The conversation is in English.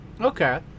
Okay